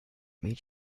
made